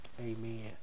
amen